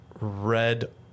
red